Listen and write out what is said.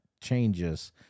changes